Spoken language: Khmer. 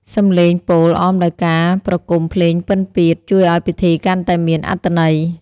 សំឡេងពោលអមដោយការប្រគំភ្លេងពិណពាទ្យ ជួយឱ្យពិធីកាន់តែមានអត្ថន័យ។